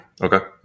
Okay